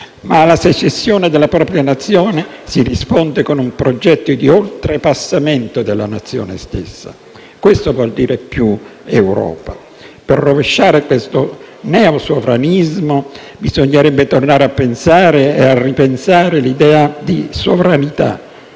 Alla secessione dalla propria Nazione si risponde con un progetto di oltrepassamento della Nazione stessa. Questo vuol dire più Europa. Per rovesciare questo neosovranismo, bisognerebbe tornare a pensare, e a ripensare, l'idea di sovranità,